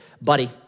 buddy